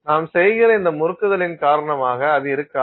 நாம் செய்கிற இந்த முறுக்குதலின் காரணமாக அது இருக்காது